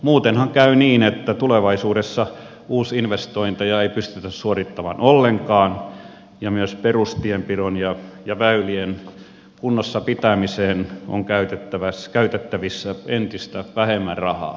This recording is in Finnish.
muutenhan käy niin että tulevaisuudessa uusinvestointeja ei pystytä suorittamaan ollenkaan ja myös perustienpitoon ja väylien kunnossapitämiseen on käytettävissä entistä vähemmän rahaa